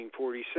1947